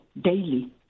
daily